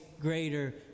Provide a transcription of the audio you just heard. greater